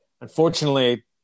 unfortunately